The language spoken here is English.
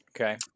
Okay